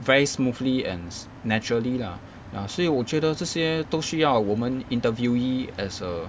very smoothly and naturally lah ya 所以我觉得这些都需要我们 interviewee as err